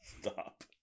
Stop